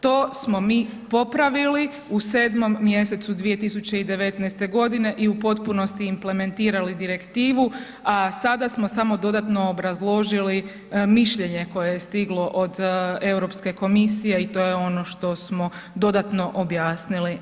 To smo mi popravili u sedmom mjesecu 2019. godine, i u potpunosti implementirali Direktivu, a sada smo samo dodatno obrazložili mišljenje koje je stiglo od Europske komisije, i to je ono što smo dodatno objasnili.